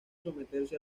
someterse